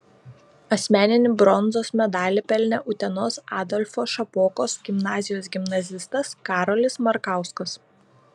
asmeninį bronzos medalį pelnė utenos adolfo šapokos gimnazijos gimnazistas karolis markauskas